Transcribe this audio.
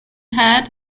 had